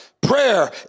Prayer